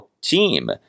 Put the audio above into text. team